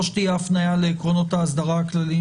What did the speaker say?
או שתהיה הפניה לעקרונות האסדרה הכלליים